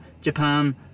Japan